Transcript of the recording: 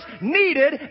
needed